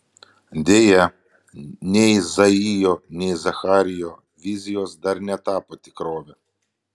deja nei izaijo nei zacharijo vizijos dar netapo tikrove